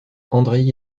andreï